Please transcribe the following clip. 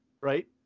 right